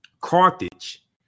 Carthage